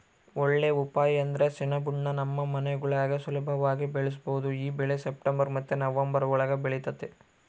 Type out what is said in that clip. ಒಳ್ಳೇ ಉಪಾಯ ಅಂದ್ರ ಸೆಣಬುನ್ನ ನಮ್ ಮನೆಗುಳಾಗ ಸುಲುಭವಾಗಿ ಬೆಳುಸ್ಬೋದು ಈ ಬೆಳೆ ಸೆಪ್ಟೆಂಬರ್ ಮತ್ತೆ ನವಂಬರ್ ಒಳುಗ ಬೆಳಿತತೆ